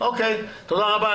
תודה רבה.